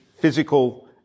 physical